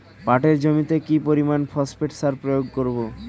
পাটের জমিতে কি পরিমান ফসফেট সার প্রয়োগ করব?